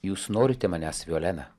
jūs norite manęs violena